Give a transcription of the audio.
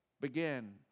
begin